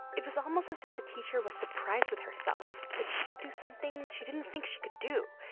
it was almost as if the teacher was surprised with herself that she could do something she didn't think she could do.